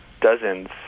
dozens